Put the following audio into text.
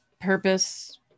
purpose